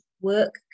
work